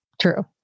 true